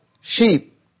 sheep